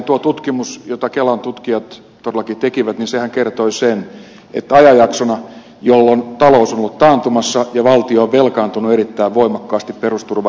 tuo tutkimushan jota kelan tutkijat todellakin tekivät kertoi sen että ajanjaksona jolloin talous on ollut taantumassa ja valtio on velkaantunut erittäin voimakkaasti perusturva ei ole kehittynyt